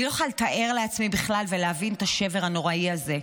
אני לא יכולה לתאר לעצמי בכלל ולהבין את השבר הנורא הזה.